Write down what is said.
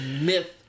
myth